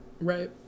right